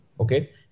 okay